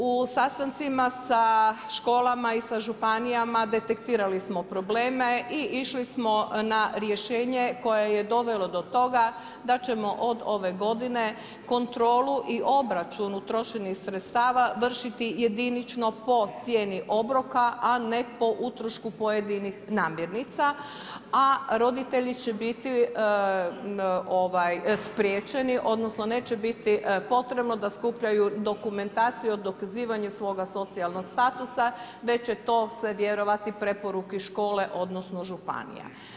U sastancima sa školama i sa županijama detektirali smo probleme i išli smo na rješenje koje je dovelo do toga da ćemo od ove godine kontrolu i obračun utrošenih sredstava vršiti jedinično po cijeni obroka, a ne po utrošku pojedinih namirnica, a roditelji će biti spriječeni odnosno neće biti potrebno da skupljaju dokumentaciju o dokazivanju svoga socijalnog statusa već će to se vjerovati preporuke škole odnosno županija.